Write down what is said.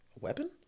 weapon